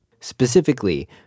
specifically